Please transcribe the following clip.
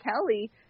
Kelly